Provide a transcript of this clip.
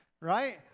right